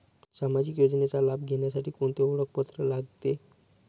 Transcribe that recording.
सामाजिक योजनेचा लाभ घेण्यासाठी कोणते ओळखपत्र लागते?